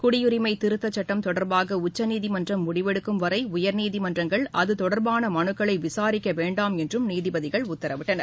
குடியுரிமை திருத்த சுட்டம் தொடர்பாக உச்சநீதிமன்றம் முடிவெடுக்கும் வரை உயர்நீதிமன்றங்கள் அது தொடர்பான மனுக்களை விசாரிக்க வேண்டாம் என்றும் நீதிபதிகள் உத்தரவிட்டனர்